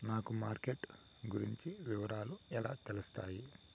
నాకు మార్కెట్ గురించి వివరాలు ఎలా తెలుస్తాయి?